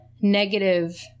negative